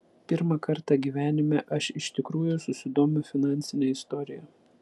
pirmą kartą gyvenime aš iš tikrųjų susidomiu finansine istorija